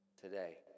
today